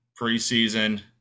preseason